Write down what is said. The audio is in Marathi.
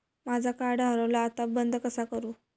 माझा कार्ड हरवला आता बंद कसा करू?